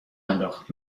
انداخت